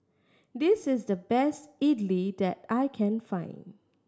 this is the best idly that I can find